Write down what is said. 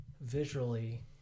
visually